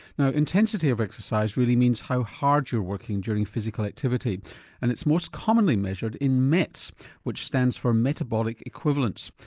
now intensity of exercise really means how hard you are working during physical activity and it's most commonly measured in mets which stands for metabolic equivalents.